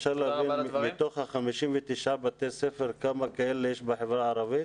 אפשר להבין מתוך ה-59 בתי ספר כמה יש בחברה הערבית?